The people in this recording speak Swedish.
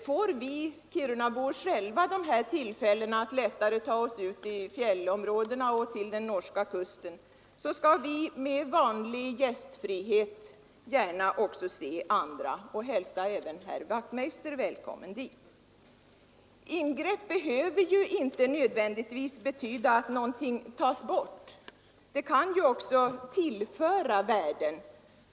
Får vi kirunabor själva dessa tillfällen att lättare ta oss ut i fjällområdena och till den norska kusten skall vi med vanlig gästfrihet gärna se andra där och hälsa även herr Wachtmeister välkommen dit. Ingrepp behöver inte nödvändigtvis betyda att någonting tas bort, de kan också tillföra värden.